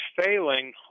failing